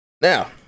Now